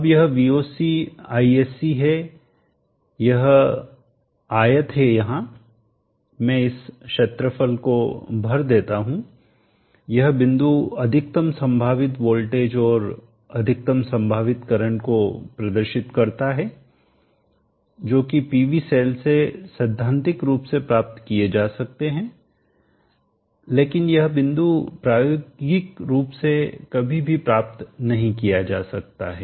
अब यह Voc Isc है यह आयत है यहां मैं इस क्षेत्रफल को भर देता हूं यह बिंदु अधिकतम संभावित वोल्टेज और अधिकतम संभावित करंट को प्रदर्शित करता है जो कि पीवी सेल से सैद्धांतिक रूप से प्राप्त किए जा सकते हैं लेकिन यह बिंदु प्रायोगिक रूप से कभी भी प्राप्त नहीं किया जा सकता है